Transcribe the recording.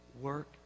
work